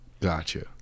gotcha